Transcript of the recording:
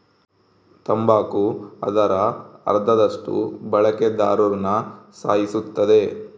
ತಂಬಾಕು ಅದರ ಅರ್ಧದಷ್ಟು ಬಳಕೆದಾರ್ರುನ ಸಾಯಿಸುತ್ತದೆ